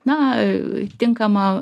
na tinkama